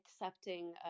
accepting